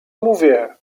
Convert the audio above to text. mówię